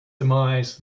demise